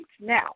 Now